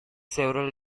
several